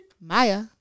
maya